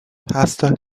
pasta